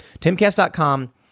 Timcast.com